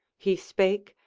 he spake,